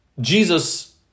Jesus